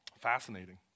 Fascinating